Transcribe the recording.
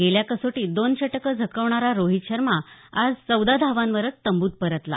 गेल्या कसोटीत दोन शतकं झळकावणारा रोहित शर्मा आज चौदा धावांवरच तंबूत परतला